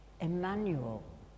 Emmanuel